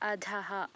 अधः